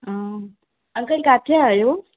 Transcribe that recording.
हूं uncle किथे आहियो